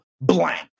blank